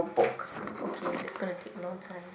okay that's gonna take long time